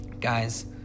Guys